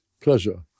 pleasure